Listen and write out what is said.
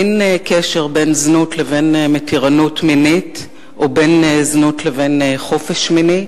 אין קשר בין זנות לבין מתירנות מינית או בין זנות לבין חופש מיני.